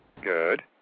Good